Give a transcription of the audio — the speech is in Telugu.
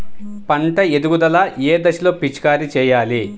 పంట ఎదుగుదల ఏ దశలో పిచికారీ చేయాలి?